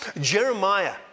Jeremiah